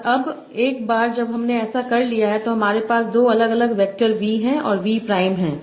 और अब एक बार जब हमने ऐसा कर लिया है तो हमारे पास 2 अलग अलग वैक्टर V और V प्राइम हैं